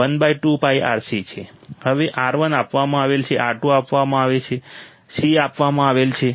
હવે R1 આપવામાં આવેલ છે R2 આપવામાં આવેલ છે C આપવામાં આવેલ છે